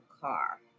car